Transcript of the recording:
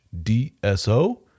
DSO